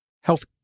health